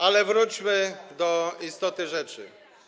Ale wróćmy do istoty rzeczy.